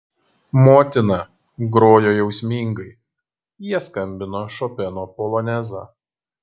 motina grojo jausmingai jie skambino šopeno polonezą